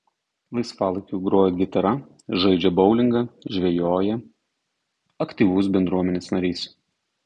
laisvalaikiu groja gitara žaidžia boulingą žvejoja aktyvus bendruomenės narys